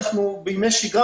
בימי שגרה,